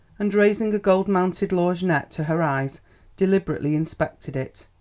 and raising a gold-mounted lorgnette to her eyes deliberately inspected it.